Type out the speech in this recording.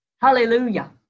Hallelujah